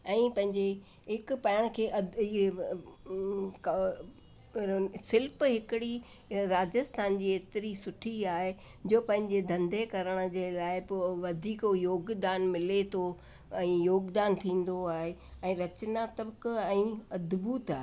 ऐं पंहिंजे हिक पाण खे इहो शिल्प हिकिड़ी राजस्थान जीअं एतिरी सुठी आहे जो पंहिंजे धंधे करण जे लाइ बि ऐं वधीक योगदान मिले थो ऐं योगदान थींदो आहे ऐं रचनात्मक ऐं अद्धभुत आहे